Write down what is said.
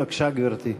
בבקשה, גברתי.